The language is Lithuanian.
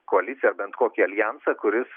koaliciją ar bent kokį aljansą kuris